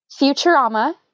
Futurama